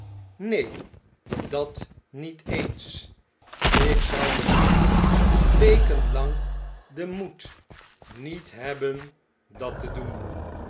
neen dat niet eens ik zou misschien weken lang den moed niet hebben dat te doen